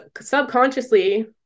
subconsciously